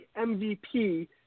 MVP